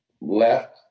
left